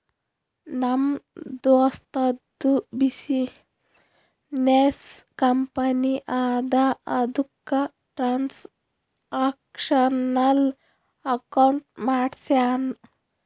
ನಮ್ ದೋಸ್ತದು business company ಅದಾ ಅದುಕ್ಕ ಟ್ರಾನ್ಸ್ಅಕ್ಷನಲ್ ಅಕೌಂಟ್ ಮಾಡ್ಸ್ಯಾನ್